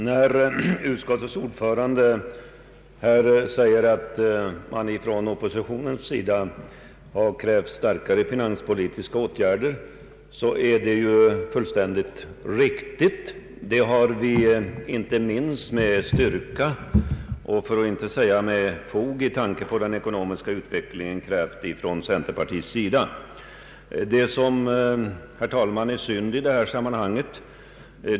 Herr talman! När utskottets ordförande säger att man från oppositionens sida har krävt starkare finanspolitiska åtgärder, så är detta fullständigt riktigt. Detta har vi från centerpartiet med kraft betonat med tanke på den ekonomiska utvecklingen.